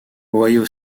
ohio